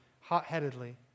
hot-headedly